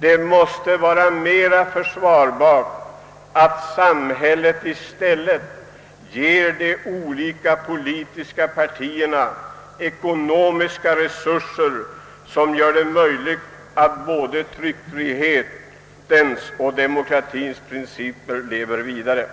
Det är mera försvarbart att samhället i stället ger de olika politiska partierna ekonomiska resurser som möjliggör att tryckfrihetens och demokratiens principer lever vidare.